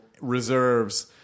reserves